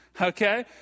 Okay